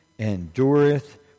Endureth